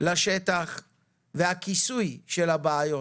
לשטח וכיסוי של הבעיות.